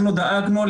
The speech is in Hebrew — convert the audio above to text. אנחנו דאגנו,